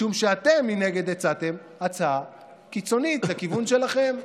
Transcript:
משום שאתם, מנגד, הצעתם הצעה קיצונית לכיוון שלכם.